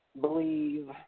believe